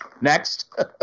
Next